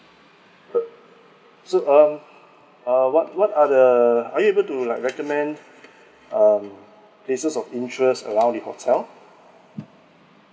so um uh what what are the are you able to like recommend um places of interest around the hotel